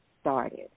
started